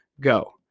Go